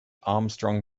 armstrong